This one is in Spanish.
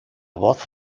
voz